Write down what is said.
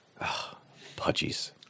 Pudgies